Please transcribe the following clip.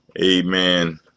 Amen